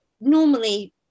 Normally